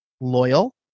loyal